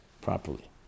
properly